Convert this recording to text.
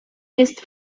jest